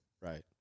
Right